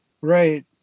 right